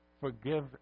Forgive